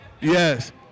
yes